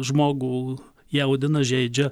žmogų jaudina žeidžia